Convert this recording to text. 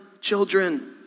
children